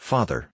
Father